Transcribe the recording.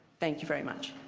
thank you very much.